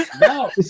Now